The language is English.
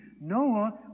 Noah